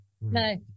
no